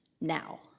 Now